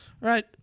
right